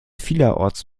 vielerorts